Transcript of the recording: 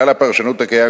כלל הפרשנות הקיים,